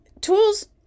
Tools